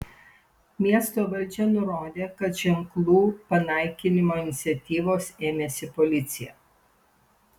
miesto valdžia nurodė kad ženklų panaikinimo iniciatyvos ėmėsi policija